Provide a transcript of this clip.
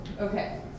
Okay